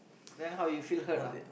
then how you feel hurt lah